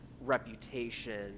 reputation